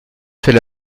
fait